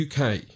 UK